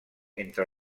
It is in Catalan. entre